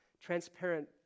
transparent